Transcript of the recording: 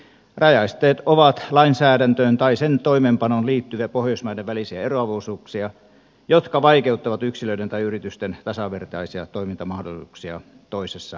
rajaesteet ovat lainsäädäntöön tai sen toimeenpanoon liittyviä pohjoismaiden välisiä eroavaisuuksia jotka vaikeuttavat yksilöiden tai yritysten tasavertaisia toimintamahdollisuuksia toisessa pohjoismaassa